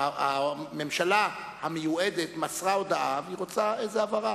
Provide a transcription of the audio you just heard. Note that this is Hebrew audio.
והממשלה המיועדת מסרה הודעה והיא רוצה הבהרה.